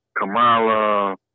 Kamala